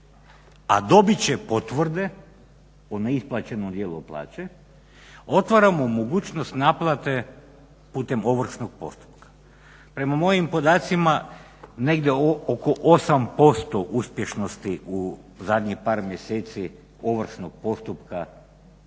a dobit će potvrde o neisplaćenom dijelu plaće otvaramo mogućnost naplate putem ovršnog postupka. Prema mojim podacima negdje oko 8% uspješnosti u zadnjih par mjeseci ovršnog postupka